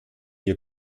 ihr